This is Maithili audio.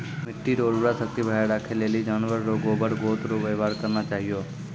मिट्टी रो उर्वरा शक्ति बढ़ाएं राखै लेली जानवर रो गोबर गोत रो वेवहार करना चाहियो